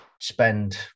spend